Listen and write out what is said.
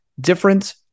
different